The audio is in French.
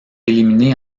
éliminés